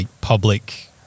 public